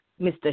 Mr